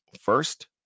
first